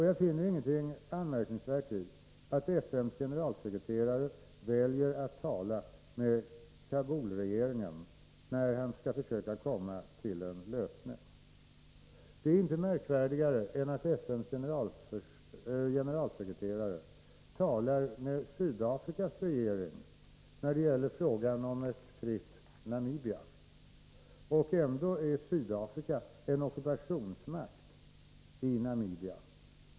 Jag finner inget anmärkningsvärt i att FN:s generalsekreterare väljer att tala med Kabulregeringen när han skall försöka komma till en lösning. Det är inte märkvärdigare än att FN:s generalsekreterare talar med Sydafrikas regering när det gäller frågan om ett fritt Namibia. Och ändå är Sydafrika en ockupationsmakt i Namibia.